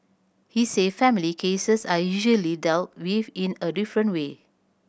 he said family cases are usually dealt with in a different way